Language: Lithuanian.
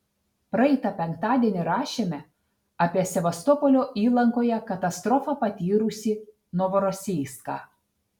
praeitą penktadienį rašėme apie sevastopolio įlankoje katastrofą patyrusį novorosijską